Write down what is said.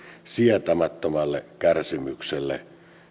sietämättömälle kärsimykselle